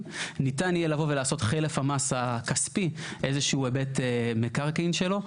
ניתן יהיה לבוא ולעשות חלף המס הכספי איזה שהוא היבט מקרקעין שלו.